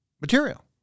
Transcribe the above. material